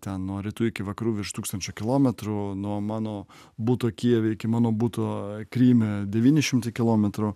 ten nuo rytų iki vakarų virš tūkstančio kilometrų nuo mano buto kijeve iki mano buto kryme devyni šimtai kilometrų